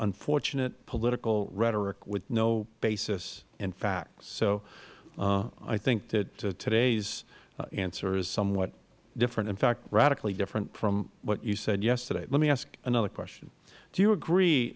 unfortunate political rhetoric with no basis in facts so i think that today's answer is somewhat different in fact radically different from what you said yesterday let me ask another question do you agree